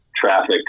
traffic